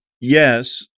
yes